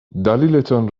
دلیلتان